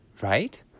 right